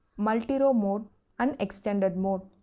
multirow mode and extended mode.